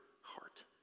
heart